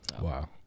Wow